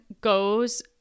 goes